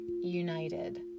united